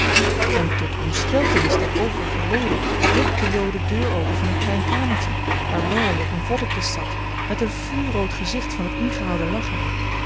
en tot ontsteltenis der overige leden rukte jo de deur open van een klein kamertje waar laurie op een voddenkist zat met een vuurrood gezicht van het ingehouden lachen